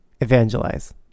evangelize